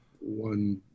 one